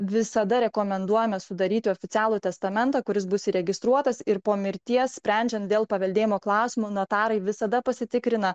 visada rekomenduojame sudaryti oficialų testamentą kuris bus įregistruotas ir po mirties sprendžiant dėl paveldėjimo klausimo notarai visada pasitikrina